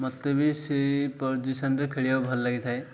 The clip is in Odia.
ମୋତେ ବି ସେଇ ପୋଜିସନ୍ରେ ଖେଳିବାକୁ ଭଲ ଲାଗିଥାଏ